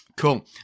cool